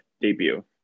debut